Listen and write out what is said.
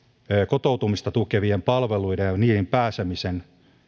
kotoutumista tukevien palveluiden ja niihin pääsemisen